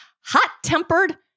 hot-tempered